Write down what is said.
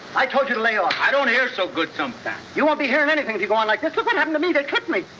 i told you to lay off i don't hear so good something you won't be hearing anything you go on like this look what happen to me they kicked me